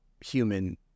human